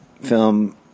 film